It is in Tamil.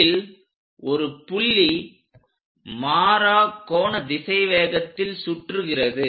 இதில் ஒரு புள்ளி மாறா கோண திசைவேகத்தில் சுற்றுகிறது